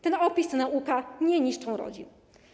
Ten opis, ta nauka nie niszczą rodzin.